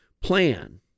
plan